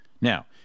Now